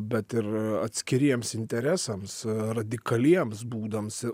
bet ir atskiriems interesams radikaliems būdams